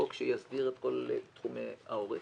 חוק שיסדיר את כל תחומי העורף.